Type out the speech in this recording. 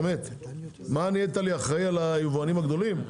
נהיית לי אחראי על היבואנים הגדולים?